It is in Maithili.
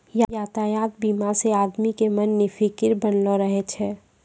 यातायात बीमा से आदमी के मन निफिकीर बनलो रहै छै